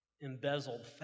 embezzled